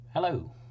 Hello